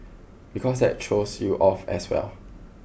because that throws you off as well